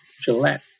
Gillette